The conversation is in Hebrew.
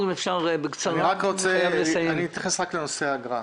אני אתייחס רק לנושא האגרה.